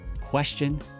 question